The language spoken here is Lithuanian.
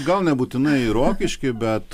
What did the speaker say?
gal nebūtinai į rokiškį bet